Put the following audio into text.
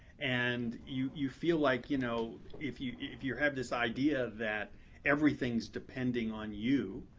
and you you feel like, you know, if you if you have this idea that everything is depending on you,